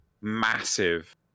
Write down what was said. massive